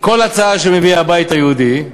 כל הצעה שמביאה הבית היהודי,